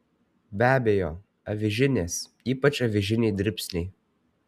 be abejo avižinės ypač avižiniai dribsniai